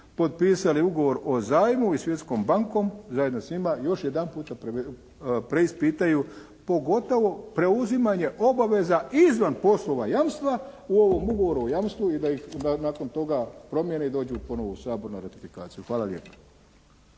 potpisali ugovor o zajmu i Svjetskom bankom zajedno s njima, još jedanput preispitaju pogotovo preuzimanje obaveza izvan poslova jamstva u ovom ugovoru o jamstvu i da ih nakon toga promijene i dođu ponovo u Sabor na ratifikaciju. Hvala lijepa.